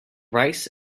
rice